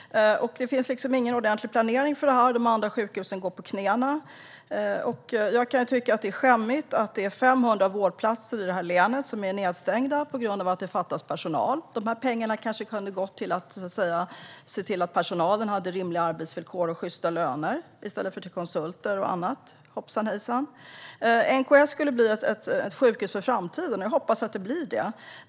Det finns ingen ordentlig planering för detta, och de andra sjukhusen går på knäna. Jag kan tycka att det är skämmigt att det är 500 vårdplatser i länet som är nedstängda på grund av att det fattas personal. Pengarna kunde kanske ha gått till att se till att personalen hade rimliga arbetsvillkor och sjysta löner i stället för till konsulter och annat hoppsan hejsan. NKS skulle bli ett sjukhus för framtiden, och jag hoppas att det blir det.